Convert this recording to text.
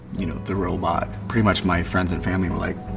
you know, the robot, pretty much my friends and family were like,